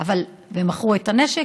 ומכרו את הנשק,